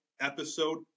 episode